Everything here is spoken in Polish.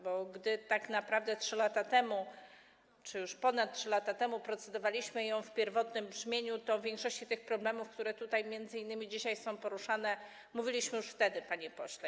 Bo gdy tak naprawdę 3 lata temu czy już ponad 3 lata temu procedowaliśmy nad nią w pierwotnym brzmieniu, to o większości tych problemów, które tutaj m.in. dzisiaj są poruszane, mówiliśmy już wtedy, panie pośle.